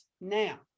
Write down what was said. Now